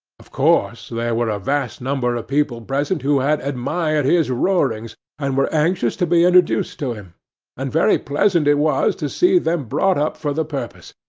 of course, there were a vast number of people present who had admired his roarings, and were anxious to be introduced to him and very pleasant it was to see them brought up for the purpose,